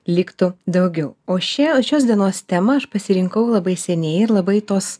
liktų daugiau o šią o šios dienos temą aš pasirinkau labai seniai ir labai tos